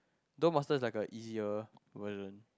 Duel-Master's like a easier version